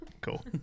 Cool